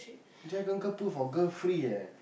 Jack uncle put for girl free eh